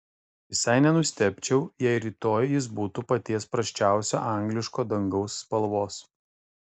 visai nenustebčiau jei rytoj jis būtų paties prasčiausio angliško dangaus spalvos